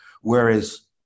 whereas